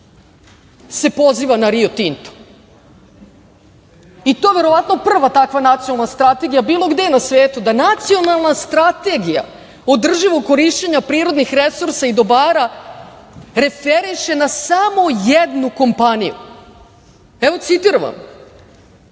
se poziva na Rio Tinto. To je verovatno prva takva nacionalna strategija bilo gde na svetu da Nacionalna strategija održivog korišćenja prirodnih resursa i dobara referiše na samo jednu kompaniju. Evo, citiram